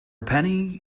penny